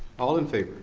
all in favor.